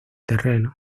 terreno